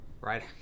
right